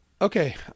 okay